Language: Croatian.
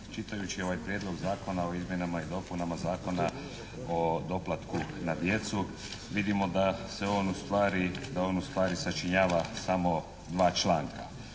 čitajući ovaj Prijedlog zakona o izmjenama i dopunama Zakona o doplatku na djecu vidimo da se on ustvari, da on ustvari sačinjava samo dva članka.